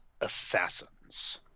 assassins